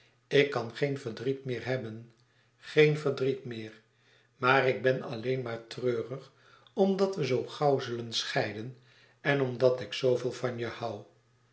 ik kan geen verdriet meer hebben geen verdriet méér maar ik ben alleen maar treurig omdat we zoo gauw zullen scheiden en omdat ik zooveel van je hoû